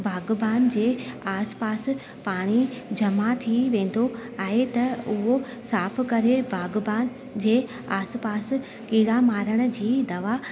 बागबान जे आस पास पाणी जमा थी वेंदो आहे त उओ साफ़ करे बागबान जे आस पास कीड़ा मारण जी दवा